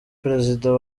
perezida